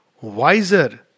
wiser